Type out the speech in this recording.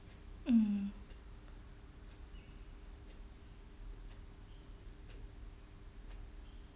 mm